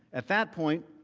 at that point,